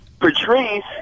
Patrice